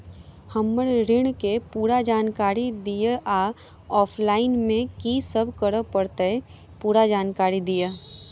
हम्मर ऋण केँ पूरा जानकारी दिय आ ऑफलाइन मे की सब करऽ पड़तै पूरा जानकारी दिय?